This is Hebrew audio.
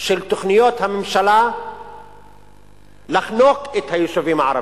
של תוכניות הממשלה לחנוק את היישובים הערביים.